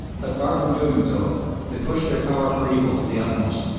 but far from doing so they pushed their power for evil to the utmost.